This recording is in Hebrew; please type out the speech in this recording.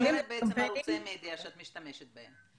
ואז את בוחרת בעצם ערוצי מדיה שאת משתמשת בהם.